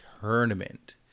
tournament